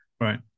Right